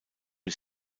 ich